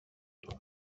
του